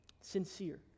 sincere